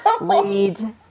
read